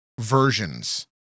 versions